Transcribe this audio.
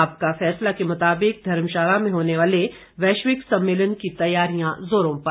आपका फैसला के मुताबिक धर्मशाला में होने वाले वैश्विक सम्मेलन की तैयारियां जोरों पर